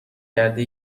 کرده